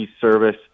service